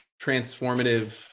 transformative